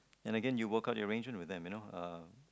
and again you work up your range with them you know uh